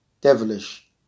devilish